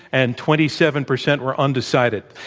and twenty seven percent were undecided.